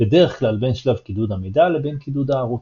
בדרך כלל בין שלב קידוד המידע לבין קידוד הערוץ.